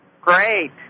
Great